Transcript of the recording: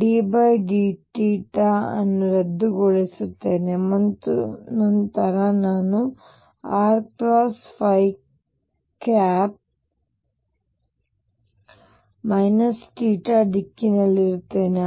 ddθ ಅನ್ನು ರದ್ದುಗೊಳಿಸುತ್ತೇನೆ ಮತ್ತು ನಂತರ ನಾನು r θ ದಿಕ್ಕಿನಲ್ಲಿರುತ್ತೇನೆ